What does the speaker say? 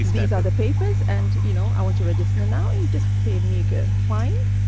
these these are the papers, and, you know, i want to register now, you just pay me a fine.